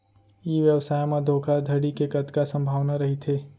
ई व्यवसाय म धोका धड़ी के कतका संभावना रहिथे?